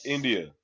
India